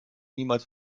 niemals